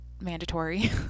mandatory